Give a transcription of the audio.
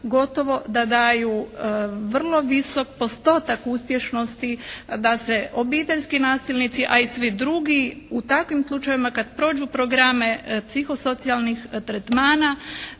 gotovo da daju vrlo visok postotak uspješnosti da se obiteljski nasilnici, a i svi drugi u takvim slučajevima kad prođu programe psihosocijalnih tretmana